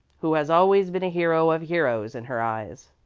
who has always been a hero of heroes in her eyes,